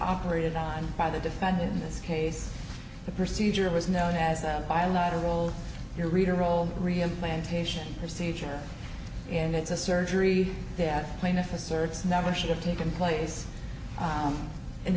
operated on by the defendant in this case the procedure was known as a bilateral your reader will real plantation procedure and it's a surgery that plaintiff asserts never should have taken place